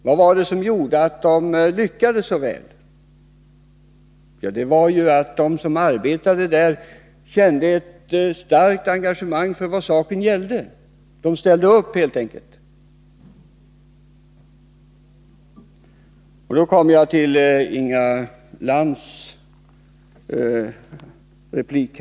Vad var det som gjorde att det lyckades så väl? Det var att de som arbetade där kände ett starkt engagemang för vad saken gällde. De ställde upp, helt enkelt. Då kommer jag till Inga Lantz replik.